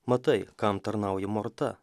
matai kam tarnauji morta